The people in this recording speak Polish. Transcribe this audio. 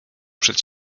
przed